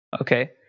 Okay